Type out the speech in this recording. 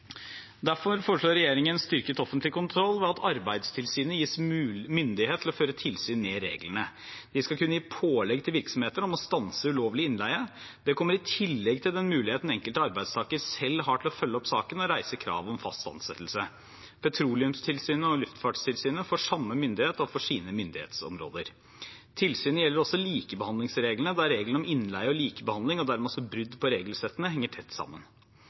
Derfor foreslår regjeringen styrket offentlig kontroll ved at Arbeidstilsynet gis myndighet til å føre tilsyn med reglene. De skal kunne gi pålegg til virksomheter om å stanse ulovlig innleie. Det kommer i tillegg til den muligheten den enkelte arbeidstaker selv har til å følge opp saken og reise krav om fast ansettelse. Petroleumstilsynet og Luftfartstilsynet får samme myndighet overfor sine myndighetsområder. Tilsynet gjelder også likebehandlingsreglene, der regelen om innleie og likebehandling og dermed også brudd på regelsettene henger tett sammen.